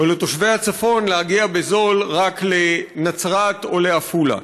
או לתושבי הצפון להגיע בזול רק לנצרת או לעפולה,